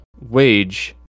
wage